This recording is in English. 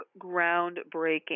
groundbreaking